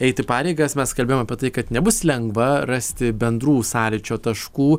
eiti pareigas mes kalbėjom apie tai kad nebus lengva rasti bendrų sąlyčio taškų